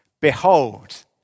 Behold